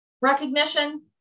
recognition